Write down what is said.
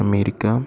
America